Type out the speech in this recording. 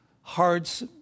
hearts